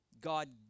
God